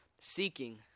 Seeking